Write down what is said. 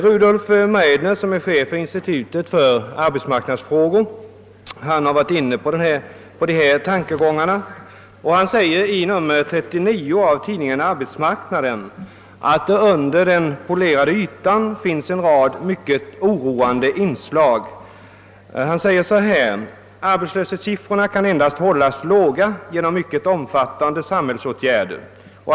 Rudolf Meidner, som är chef för institutet för arbetsmarknadsfrågor, har varit inne på denna tankegång. Han framhåller i nr 39 av tidskriften Arbetsmarknaden att det under den polerade ytan finns en rad »mycket oroande inslag». Han skriver bl.a. följande: »Arbetslöshetssiffrorna kan endast hållas låga genom mycket omfattande samhällsåtgärder.